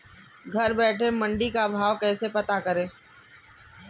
घर बैठे मंडी का भाव कैसे पता करें?